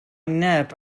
neb